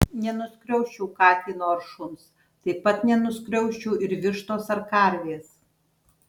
nenuskriausčiau katino ar šuns taip pat neskriausčiau ir vištos ar karvės